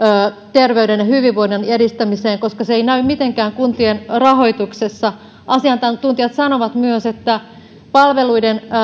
terveyden ja hyvinvoinnin edistämiseen koska se ei näy mitenkään kuntien rahoituksessa asiantuntijat sanovat myös että palveluiden